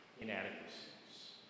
inadequacies